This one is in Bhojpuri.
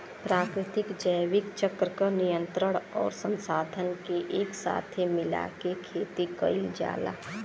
प्राकृतिक जैविक चक्र क नियंत्रण आउर संसाधन के एके साथे मिला के खेती कईल जाला